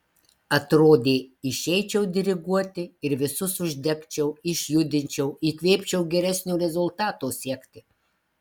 atrodė išeičiau diriguoti ir visus uždegčiau išjudinčiau įkvėpčiau geresnio rezultato siekti